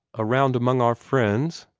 around among our friends?